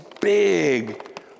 big